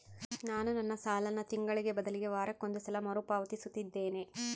ನಾನು ನನ್ನ ಸಾಲನ ತಿಂಗಳಿಗೆ ಬದಲಿಗೆ ವಾರಕ್ಕೊಂದು ಸಲ ಮರುಪಾವತಿಸುತ್ತಿದ್ದೇನೆ